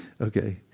Okay